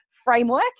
Framework